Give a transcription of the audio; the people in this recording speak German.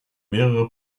mehrere